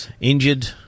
injured